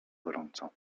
gorąco